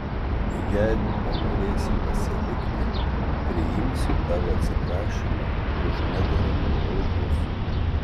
jeigu panorėsi pasilikti priimsiu tavo atsiprašymą už nederamus žodžius